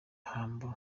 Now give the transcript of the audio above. humble